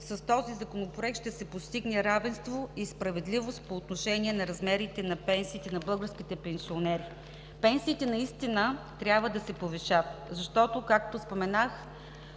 с този Законопроект ще се постигне равенство и справедливост по отношение на размерите на пенсиите на българските пенсионери. Пенсиите наистина трябва да се повишат, защото, както споменах,